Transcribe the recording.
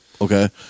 Okay